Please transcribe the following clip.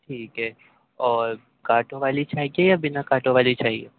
ٹھیک ہے اور کانٹوں والی چاہیے یا بنا کانٹوں والی چاہیے